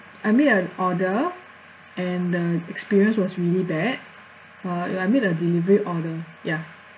I made an order and the experience was really bad uh it I made a delivery order ya